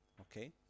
Okay